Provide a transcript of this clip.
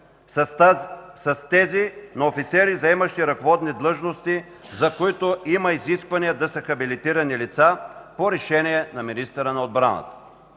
с тази на офицери, заемащи ръководни длъжности, за които има изискване да са хабилитирани лица, по решение на министъра на отбраната.